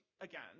again